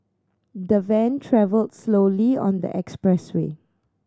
the van travelled slowly on the expressway